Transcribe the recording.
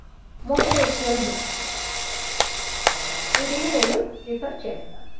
motivational books వీటిని నేను refer చేస్తాను